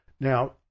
Now